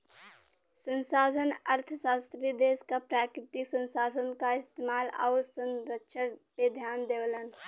संसाधन अर्थशास्त्री देश क प्राकृतिक संसाधन क इस्तेमाल आउर संरक्षण पे ध्यान देवलन